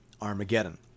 Armageddon